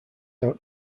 out